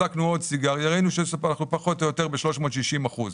בדקנו עוד סיגריה וראינו שאנחנו פחות או יותר ב-360 אחוזים.